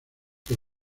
que